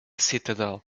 citadel